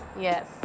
Yes